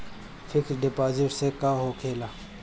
Fix deposit से का होखे ला?